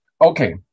Okay